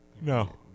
No